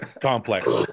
complex